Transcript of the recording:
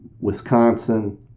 Wisconsin